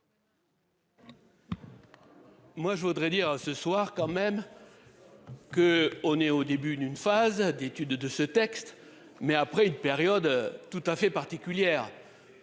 Moi je voudrais dire à ce soir quand même. Que on est au début d'une phase d'étude de ce texte. Mais après une période tout à fait particulière.